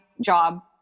job